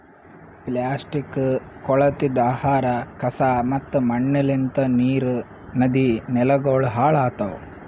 plastic, ಕೊಳತಿದ್ ಆಹಾರ, ಕಸಾ ಮತ್ತ ಮಣ್ಣಲಿಂತ್ ನೀರ್, ನದಿ, ನೆಲಗೊಳ್ ಹಾಳ್ ಆತವ್